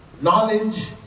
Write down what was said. knowledge